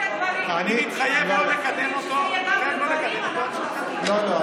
אני מתחייב לא לקדם אותו, לא, לא.